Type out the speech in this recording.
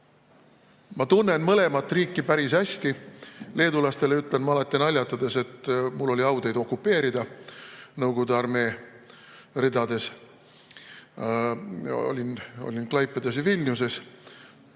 Ma tunnen mõlemat riiki päris hästi. Leedulastele ütlen ma alati naljatades, et mul oli au teid okupeerida Nõukogude armee ridades. Olin Klaipedas ja Vilniuses.